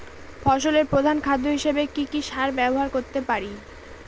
ফসলের প্রধান খাদ্য হিসেবে কি কি সার ব্যবহার করতে পারি?